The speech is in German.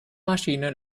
maschine